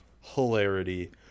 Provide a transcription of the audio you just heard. hilarity